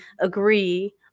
agree